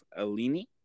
Alini